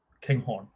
Kinghorn